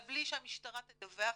אבל בלי שהמשטרה תדווח,